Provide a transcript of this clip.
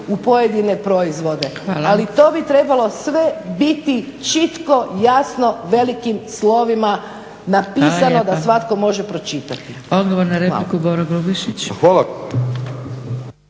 u pojedine proizvode. Ali to bi trebalo sve biti čitko, jasno velikim slovima napisano da svatko može pročitati. **Zgrebec, Dragica (SDP)** Hvala